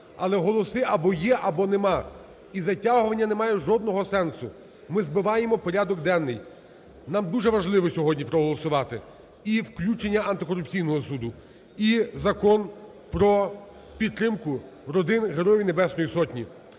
Але голоси або є, або немає, і затягування не має жодного сенсу, ми збиваємо порядок денний. Нам дуже важливо сьогодні проголосувати і включення Антикорупційного суду, і Закон про підтримку родин Героїв Небесної Сотні.